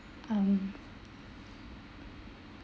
um